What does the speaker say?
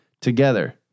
Together